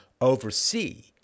oversee